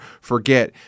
forget